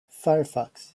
firefox